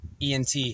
ENT